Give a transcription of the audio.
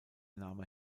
name